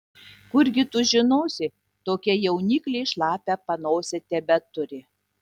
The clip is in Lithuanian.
kurgi tu žinosi tokia jauniklė šlapią panosę tebeturi